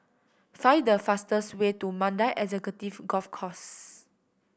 find the fastest way to Mandai Executive Golf Course